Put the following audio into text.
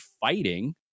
fighting